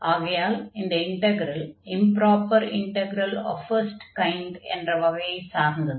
ஆகையால் இந்த integral improper integral of first kind என்ற வகையைச் சார்ந்தது